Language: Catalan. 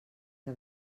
que